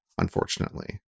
Unfortunately